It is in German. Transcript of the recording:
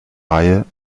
reihe